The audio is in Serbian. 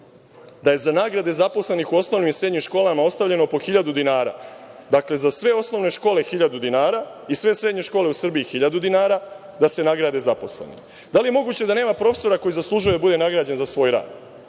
da je za nagrade zaposlenih u osnovnim i srednjim školama ostavljeno po 1.000 dinara, dakle, za sve osnovne škole 1.000 dinara i sve srednje škole u Srbiji 1.000 dinara, da se nagrade zaposleni. Da li je moguće da nema profesora koji zaslužuje da bude nagrađen za svoj rad?